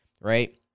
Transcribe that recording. right